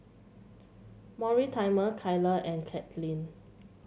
Mortimer Kyler and Kadyn